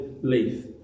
leaf